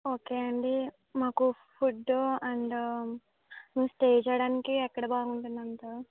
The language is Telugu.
ఓకే అండి మాకు ఫుడ్డు అండ్ మేం స్టే చేయటానికి ఎక్కడ బాగుంటుంది అంటా